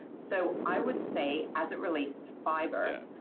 so i would say as it relates to fiber,